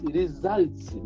results